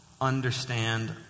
understand